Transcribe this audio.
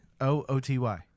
O-O-T-Y